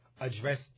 address